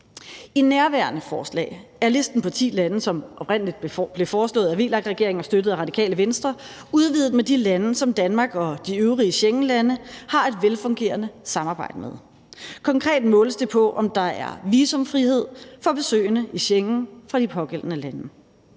I nærværende forslag er listen på ti lande, som oprindelig blev foreslået af VLAK-regeringen og støttet af Radikale Venstre, udvidet med de lande, som Danmark og de øvrige Schengenlande har et velfungerende samarbejde med. Konkret måles det på, om der er visumfrihed for besøgende i Schengen fra de pågældende lande.